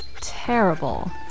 terrible